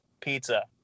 pizza